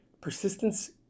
persistence